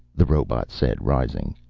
the robot said, rising.